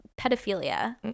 pedophilia